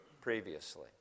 previously